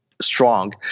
strong